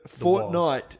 Fortnite